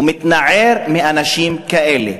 ומתנער מאנשים כאלה.